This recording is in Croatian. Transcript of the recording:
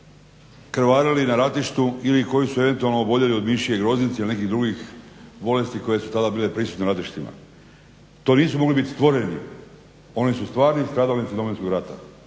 krvarili na ratištu ili koji su eventualno oboljeli od mišje groznice ili nekih drugih bolesti koje su tada bile prisutne na ratištima. To nisu mogli biti stvoreni, oni su stvarni stradalnici Domovinskog rata